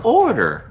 order